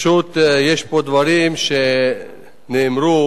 יש פה דברים שנאמרו